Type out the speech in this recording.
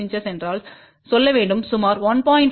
06" என்று சொல்ல வேண்டும் சுமார் 1